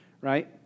right